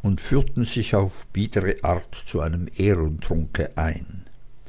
und führten sich auf biedere art zu einem ehrentrunk ein